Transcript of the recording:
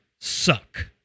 suck